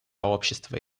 общество